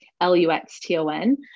L-U-X-T-O-N